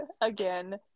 again